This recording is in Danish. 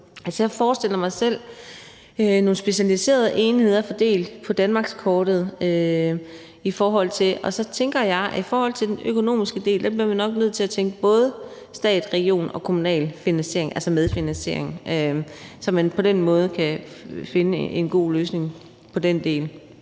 Jeg forestiller mig selv nogle specialiserede enheder fordelt på danmarkskortet. Og så tænker jeg, at vi i forhold til den økonomiske del nok bliver nødt til at tænke både statslig, regional og kommunal finansiering, altså medfinansiering, så man på den måde kan finde en god løsning på den del.